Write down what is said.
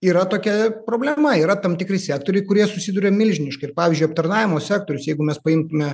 yra tokia problema yra tam tikri sektoriai kurie susiduria milžiniškai ir pavyzdžiui aptarnavimo sektorius jeigu mes paimtume